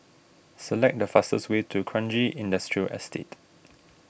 select the fastest way to Kranji Industrial Estate